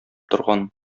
торган